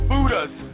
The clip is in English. Buddhas